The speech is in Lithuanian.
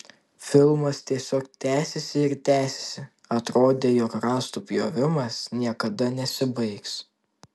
filmas tiesiog tęsėsi ir tęsėsi atrodė jog rąstų pjovimas niekada nesibaigs